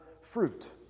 fruit